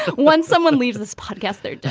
when someone leaves this podcast there